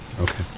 Okay